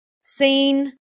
seen